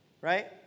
Right